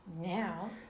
now